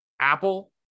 Apple